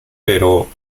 pero